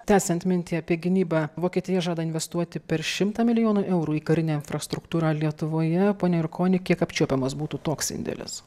tęsiant mintį apie gynybą vokietija žada investuoti per šimtą milijonų eurų į karinę infrastruktūrą lietuvoje pone jurkoni kiek apčiuopiamas būtų toks indėlis